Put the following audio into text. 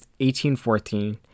1814